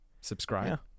Subscribe